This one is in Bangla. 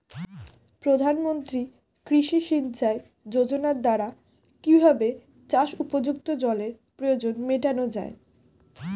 প্রধানমন্ত্রী কৃষি সিঞ্চাই যোজনার দ্বারা কিভাবে চাষ উপযুক্ত জলের প্রয়োজন মেটানো য়ায়?